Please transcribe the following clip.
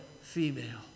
female